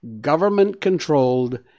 government-controlled